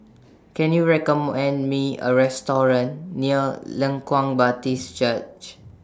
Can YOU Me A Restaurant near Leng Kwang Baptist Church